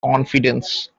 confidence